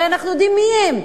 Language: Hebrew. הרי אנחנו יודעים מי הם.